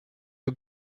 you